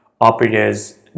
operators